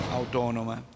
autonoma